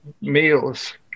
meals